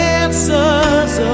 answers